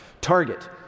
Target